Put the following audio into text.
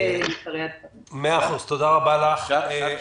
תודה רבה לך.